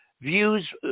views